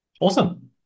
awesome